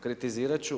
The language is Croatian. Kritizirat ću.